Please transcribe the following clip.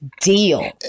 deal